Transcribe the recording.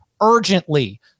urgently